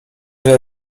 wie